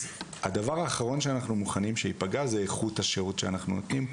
אז הדבר האחרון שאנחנו מוכנים שייפגע זה איכות השירות שאנחנו נותנים,